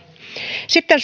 sitten